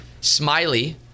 Smiley